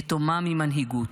ויתומה ממנהיגות.